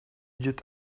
идет